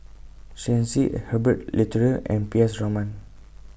Shen Xi Herbert Eleuterio and P S Raman